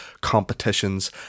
competitions